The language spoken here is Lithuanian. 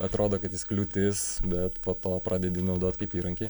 atrodo kad jis kliūtis bet po to pradedi naudot kaip įrankį